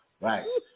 Right